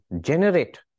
generate